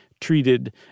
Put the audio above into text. treated